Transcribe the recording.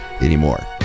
anymore